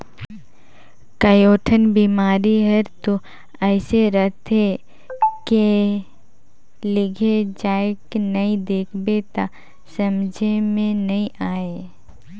कयोठन बिमारी हर तो अइसे रहथे के लिघे जायके नई देख बे त समझे मे नई आये